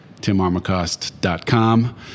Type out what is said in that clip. TimArmacost.com